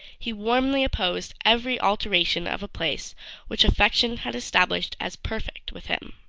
he warmly opposed every alteration of a place which affection had established as perfect with him.